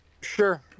Sure